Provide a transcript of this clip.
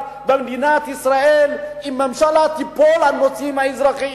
במדינת ישראל ממשלה תיפול על הנושאים האזרחיים.